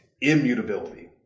immutability